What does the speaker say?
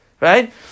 right